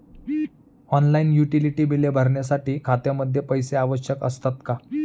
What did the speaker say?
Online utility बिले भरण्यासाठी खात्यामध्ये पैसे आवश्यक असतात का?